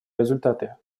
результаты